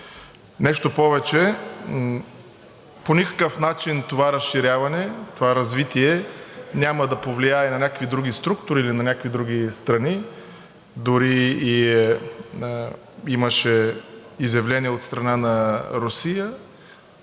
Нещо повече, по никакъв начин това разширяване, това развитие няма да повлияе на някакви други структури или на някакви други страни. Дори имаше изявление от страна на Русия,